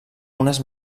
unes